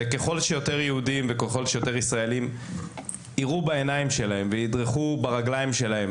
ככל שיותר יהודים וככל שיותר ישראלים יראו בעיניהם וידרכו ברגליהם